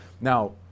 Now